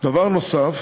דבר נוסף